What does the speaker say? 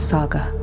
Saga